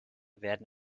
werden